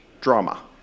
drama